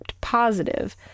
positive